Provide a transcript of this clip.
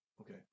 Okay